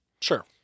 Sure